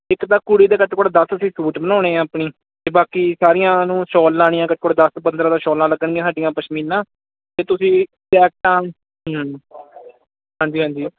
ਇੱਕ ਤਾਂ ਕੁੜੀ ਦੇ ਘੱਟੋ ਘੱਟ ਦਸ ਅਸੀਂ ਸੂਟ ਬਣਾਉਣੇ ਹੈ ਆਪਣੀ ਅਤੇ ਬਾਕੀ ਸਾਰੀਆਂ ਨੂੰ ਸ਼ੋਲ ਲਾਉਣੀਆਂ ਘੱਟੋ ਘੱਟ ਦਸ ਪੰਦਰ੍ਹਾਂ ਤਾਂ ਸ਼ੋਲਾਂ ਲੱਗਣ ਗੀਆਂ ਸਾਡੀਆਂ ਪਸ਼ਮੀਨਾ ਅਤੇ ਤੁਸੀਂ ਜੈਕਟਾਂ ਹੂੰ ਹਾਂਜੀ ਹਾਂਜੀ